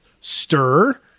stir